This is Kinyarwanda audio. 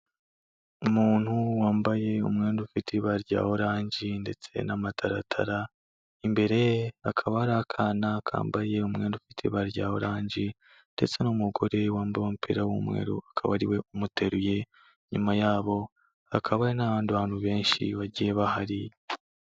Umuntu wambaye umwenda ufite ibara rya oranje ndetse n'amataratara, imbere ye hakaba ari akana kambaye umwenda ku ibara rya oranje ndetse n'umugore wabo umupira w'umweru akaba ariwe umuteruye, inyuma yabo hakaba n'ahandi hantu benshi bagiye bahari.